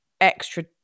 extra